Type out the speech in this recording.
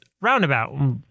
roundabout